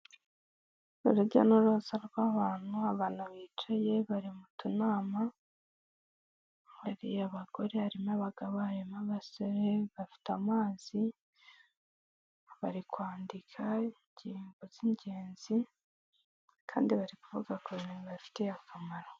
Urujya n'uruza rw'abantu abantu bicaye bari mu tunama, hari bagore harimo abagabo harimo abasore bafite amazi, bari kwandika ingingo z'ingenzi kandi bari kuvuga ku bintu bibafitiye akamaro.